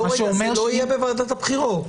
זה לא יהיה בוועדת הבחירות.